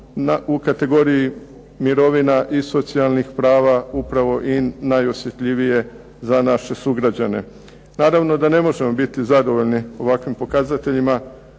u kategoriji mirovina i socijalnih prava upravo i najosjetljivije za naše sugrađane. Naravno da ne možemo biti zadovoljni ovakvim pokazateljima